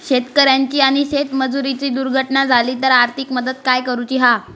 शेतकऱ्याची आणि शेतमजुराची दुर्घटना झाली तर आर्थिक मदत काय करूची हा?